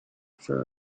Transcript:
for